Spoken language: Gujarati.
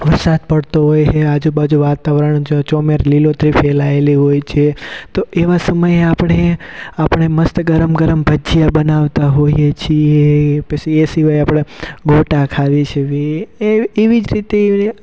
વરસાદ પડતો હોય હે આજુબાજુ વાતાવરણ જો ચોમેર લીલોતરી ફેલાએલી હોય છે તો એવા સમયે આપળે આપળે મસ્ત ગરમ ગરમ ભજીયા બનાવતા હોઈએ છીએ પછી એ સિવાય આપળે ગોટા ખાવી સવી એ એવી જ રીતે એ